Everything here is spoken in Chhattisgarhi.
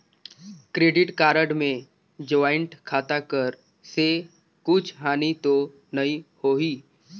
क्रेडिट कारड मे ज्वाइंट खाता कर से कुछ हानि तो नइ होही?